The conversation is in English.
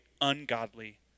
ungodly